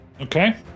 Okay